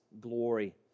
glory